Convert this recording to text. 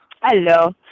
Hello